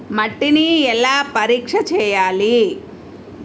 మట్టిని ఎలా పరీక్ష చేయాలి?